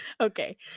okay